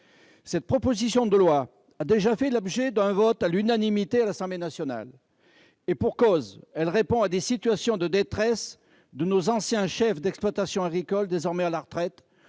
Cette proposition de loi a déjà fait l'objet d'un vote à l'unanimité à l'Assemblée nationale. Et pour cause ! Elle répond à des situations de détresse de nos anciens chefs d'exploitation agricole, désormais à la retraite,